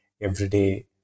everyday